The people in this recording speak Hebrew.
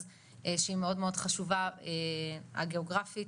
שהיא מאוד מאוד חשובה גיאוגרפית,